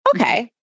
Okay